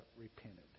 repented